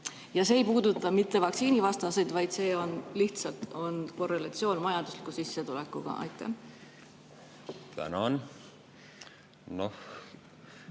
See ei puuduta mitte vaktsiinivastaseid, vaid lihtsalt on korrelatsioon majandusliku sissetulekuga. Aitäh!